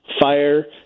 fire